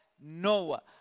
Noah